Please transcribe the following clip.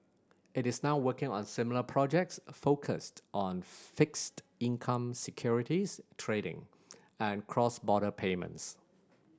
it is now working on similar projects focused on fixed income securities trading and cross border payments